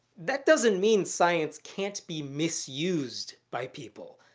that doesn't mean science can't be misused by people,